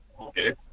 okay